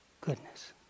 goodness